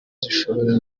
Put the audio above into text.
zishobora